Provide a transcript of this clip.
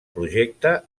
projecte